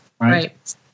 right